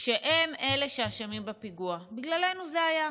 שהם אלה שאשמים בפיגוע, בגללנו זה היה.